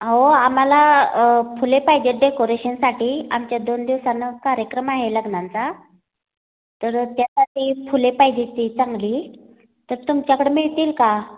हो आम्हाला फुले पाहिजेत डेकोरेशनसाठी आमच्यात दोन दिवसानं कार्यक्रम आहे लग्नांचा तर त्यासाठी फुले पाहिजे होती चांगली तर तुमच्याकडं मिळतील का